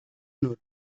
nur